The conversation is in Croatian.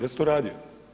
Ja sam to radio.